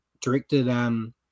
directed